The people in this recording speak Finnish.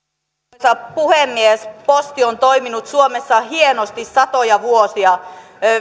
arvoisa puhemies posti on toiminut suomessa hienosti satoja vuosia